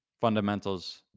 fundamentals